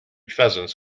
pheasants